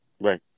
Right